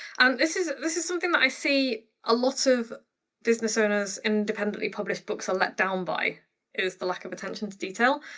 and this is this is something that i see a lot of business owners' independently published books are let down by is the lack of attention to detail.